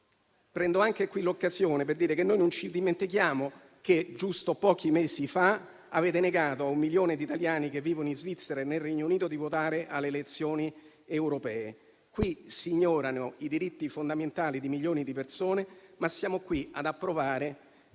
Colgo anche qui l'occasione per dire che non ci dimentichiamo che, giusto pochi mesi fa, avete negato a un milione di italiani che vivono in Svizzera e nel Regno Unito di votare alle elezioni europee. Si ignorano i diritti fondamentali di milioni di persone, ma siamo qui ad approvare